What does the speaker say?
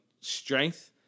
strength